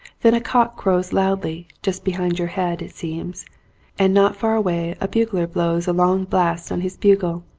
then a cock crows loudly, just behind your head, it seems and not far away a bugler blows a long blast on his bugle,